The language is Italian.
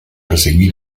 proseguì